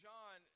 John